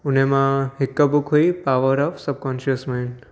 हुनमां हिक बुक हुई पॉवर ऑफ सबकॉन्शियस माइंड